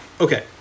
Okay